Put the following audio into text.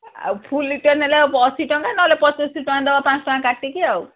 ଆଉ full litre ନେଲେ ଆଉ ଅଶୀ ଟଙ୍କା ନହେଲେ ପଚିଶି ଟଙ୍କା ଦବା ପାଞ୍ଚ ଟଙ୍କା କାଟିକି ଆଉ